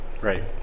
Right